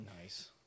Nice